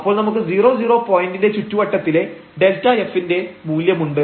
അപ്പോൾ നമുക്ക് 00 പോയന്റിന്റെ ചുറ്റുവട്ടത്തിലെ Δf ന്റെ മൂല്യമുണ്ട്